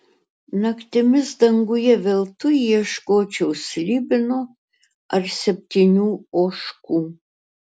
naktimis danguje veltui ieškočiau slibino ar septynių ožkų